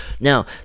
now